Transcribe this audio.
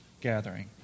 gathering